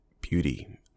beauty